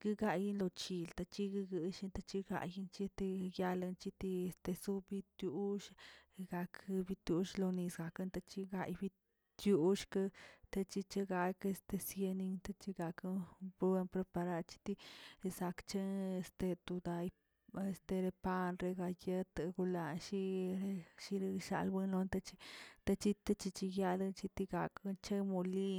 guina yido chilte yig gush tachintegay chite yalan chiti este subitur, gak bitussh loni atencingaybi chyushke dechiche gakə este xyenin tache gakoꞌ boan preparar cheti esakche today este de pan rebay yeten golalliin shiri shalbuen latachit techichyi yale techigak chemoli.